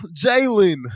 Jalen